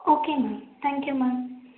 okay ma'am thank you ma'am